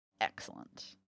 Excellent